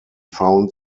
found